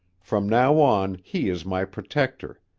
from now on he is my protector.